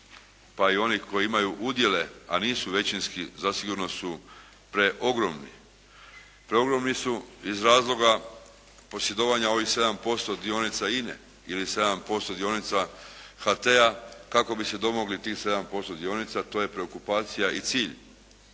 pa i onih koji imaju udjele a nisu većinski, zasigurno su preogromni. Preogromni su iz razloga posjedovanja ovih 7% dionica INA-e ili 7% dionica HT-a kako bi se domogli tih 7% dionica a to je preokupacija i cilj